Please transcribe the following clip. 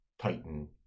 Titan